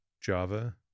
Java